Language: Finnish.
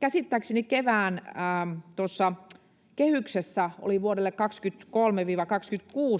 käsittääkseni kevään kehyksessä oli vuodelle